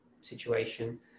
situation